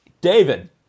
David